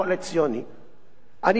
אני לא חבר בשום מפלגה.